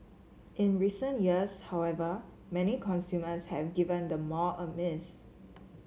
in recent years however many consumers have given the mall a miss